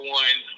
one